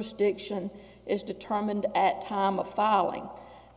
stiction is determined at time of filing